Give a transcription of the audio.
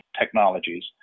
technologies